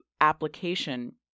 application